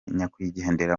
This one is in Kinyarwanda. nyakwigendera